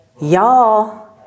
y'all